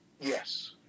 Yes